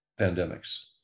pandemics